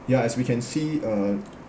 ya as we can see uh